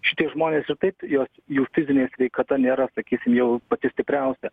šitie žmonės ir taip jos jų fizinė sveikata nėra sakysim jau pati stipriausia